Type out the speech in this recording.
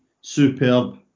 Superb